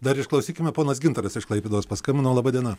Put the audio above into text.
dar išklausykime ponas gintaras iš klaipėdos paskambino laba diena